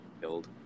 killed